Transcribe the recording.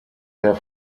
der